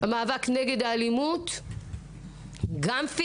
המאבק נגד אלימות פיזית,